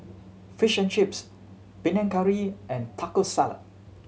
Fish and Chips Panang Curry and Taco Salad